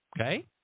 Okay